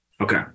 Okay